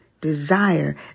desire